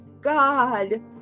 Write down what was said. God